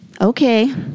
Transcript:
Okay